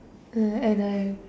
ya and I